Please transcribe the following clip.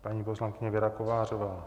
Paní poslankyně Věra Kovářová.